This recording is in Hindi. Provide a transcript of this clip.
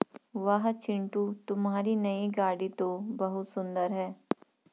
वाह चिंटू तुम्हारी नई गाड़ी तो बहुत सुंदर है